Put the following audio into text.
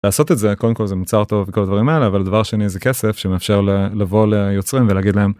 לעשות את זה קודם כל זה מוצר טוב וכל הדברים האלה אבל דבר שני זה כסף שמאפשר לבוא ליוצרים ולהגיד להם.